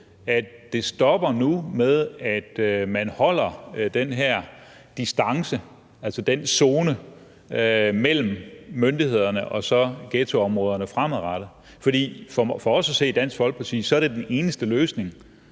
at det nu stopper med, at man holder den her distance, altså den zone mellem myndighederne og så ghettoområderne fremadrettet? For os i Dansk Folkeparti at se er det den eneste løsning,